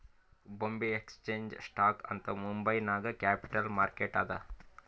ಬೊಂಬೆ exchange stock ಅಂತ್ ಮುಂಬೈ ನಾಗ್ capital market ಅದಾ